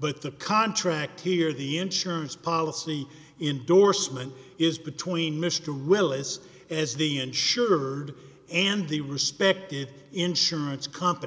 but the contract here the insurance policy indorsement is between mr willis as the insured and the respective insurance company